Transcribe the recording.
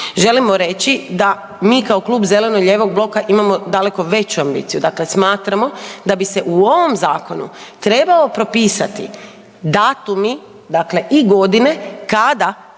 želimo reći da mi kao Klub zastupnika zeleno-lijevog bloka imamo daleko veću ambiciju, dakle smatramo da bi se u ovom zakonu trebao propisati datumi, dakle i godine, kada